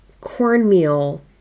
cornmeal